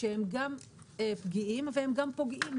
שהם גם פגיעים והם גם פוגעים,